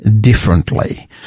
differently